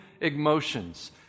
emotions